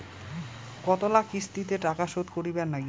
কতোলা কিস্তিতে টাকা শোধ করিবার নাগীবে?